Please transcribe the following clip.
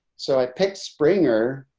so i picked springer